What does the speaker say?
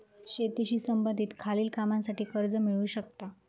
शेतीशी संबंधित खालील कामांसाठी कर्ज मिळू शकता